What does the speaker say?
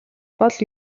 бол